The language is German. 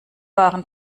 waren